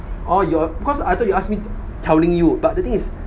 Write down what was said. orh your cause I thought you ask me telling you but the thing is